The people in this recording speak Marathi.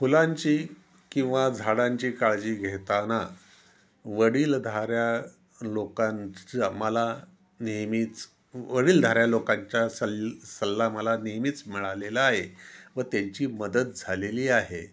फुलांची किंवा झाडांची काळजी घेताना वडीलधाऱ्या लोकांचा मला नेहमीच वडीलधाऱ्या लोकांचा सल् सल्ला मला नेहमीच मिळालेला आहे व त्यांची मदत झालेली आहे